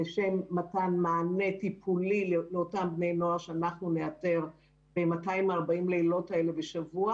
לשם מתן מענה טיפולי לאותם בני נוער שנאתר ב-240 לילות בשבוע.